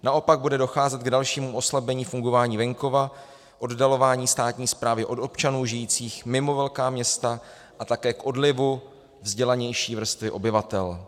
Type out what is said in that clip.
Naopak bude docházet k dalšímu oslabení fungování venkova, oddalování státní správy od občanů žijících mimo velká města a také k odlivu vzdělanější vrstvy obyvatel.